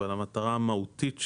אבל המטרה המהותית שלנו,